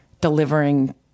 delivering